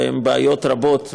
והן בעיות רבות.